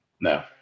No